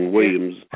Williams